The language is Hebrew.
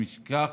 ומשכך,